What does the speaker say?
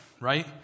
right